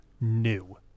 new